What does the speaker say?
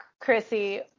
Chrissy